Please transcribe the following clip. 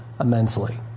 immensely